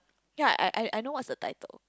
ya I I I knows what's the title